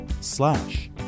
slash